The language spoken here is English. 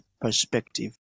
perspective